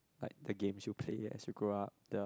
like the games you play as you grow up the